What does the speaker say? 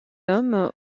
homme